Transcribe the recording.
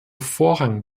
vorrang